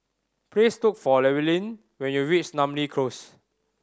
please look for Llewellyn when you reach Namly Close